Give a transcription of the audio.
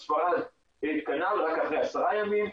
בספרד כנ"ל רק אחרי עשרה ימים.